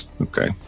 Okay